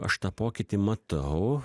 aš tą pokytį matau